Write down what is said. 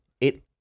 it-